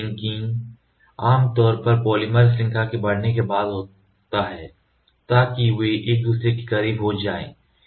cross linking आमतौर पर polymer श्रृंखला के बढ़ने के बाद होता है ताकि वे एक दूसरे के करीब हो जाएं